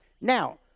Now